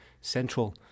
central